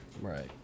Right